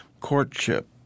courtship